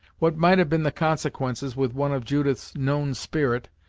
what might have been the consequences with one of judith's known spirit,